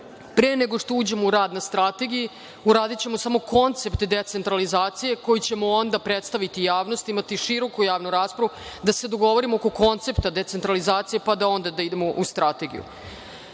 Pre nego što uđemo u rad na strategiji, uradićemo samo koncept decentralizacije koji ćemo onda predstaviti javnosti, imati široku javnu raspravu da se dogovorimo oko koncepta decentralizacije, pa da onda idemo u strategiju. Paralelno